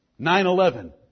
9-11